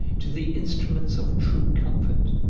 to the instruments of true comfort,